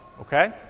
okay